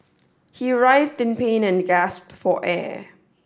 he write in pain and gasp for air